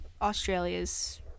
Australia's